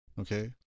Okay